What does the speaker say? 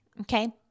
Okay